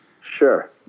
Sure